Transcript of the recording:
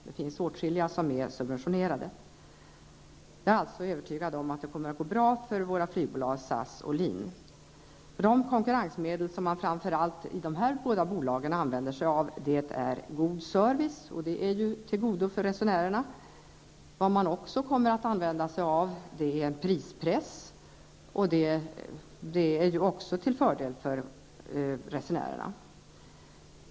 Det finns åtskilliga bolag som subventioneras. Jag är övertygad om att det kommer att gå bra för våra flygbolag SAS och LIN. Det konkurrensmedel som man använder sig av i dessa båda bolag är framför allt god service, och det är ju av godo för resenärerna. Man kommer också att använda sig av prispress, och också det är till fördel för resenärerna.